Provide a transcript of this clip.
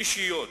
שהם אישיים,